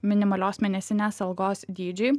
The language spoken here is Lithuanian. minimalios mėnesinės algos dydžiui